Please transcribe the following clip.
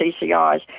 CCIs